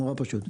מאוד פשוט.